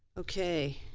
okay.